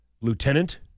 Lieutenant